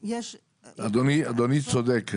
אדוני צודק.